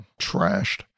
trashed